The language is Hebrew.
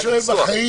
אני שואל על החיים.